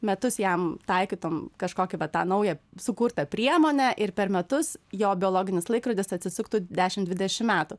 metus jam taikytum kažkokį va tą naują sukurtą priemonę ir per metus jo biologinis laikrodis atsisuktų dešim dvidešim metų